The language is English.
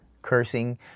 Cursing